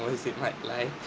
in my life